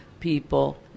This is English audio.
people